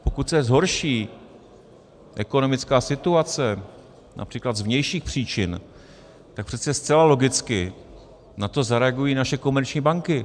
Pokud se zhorší ekonomická situace například z vnějších příčin, tak přece zcela logicky na to zareagují naše komerční banky.